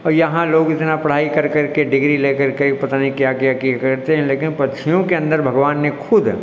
और यहाँ लोग इतना पढ़ाई कर करके डिग्री ले करके पता नहीं क्या क्या की करते हैं लेकिन पक्षियों के अंदर भगवान ने खुद